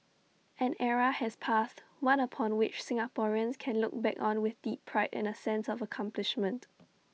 an era has passed one upon which Singaporeans can look back on with deep pride and A sense of accomplishment